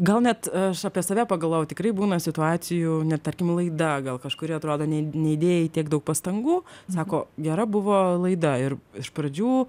gal net aš apie save pagalvojau tikrai būna situacijų net tarkim laida gal kažkuri atrodo ne neįdėjai tiek daug pastangų sako gera buvo laida ir iš pradžių